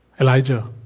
Elijah